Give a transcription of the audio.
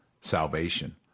salvation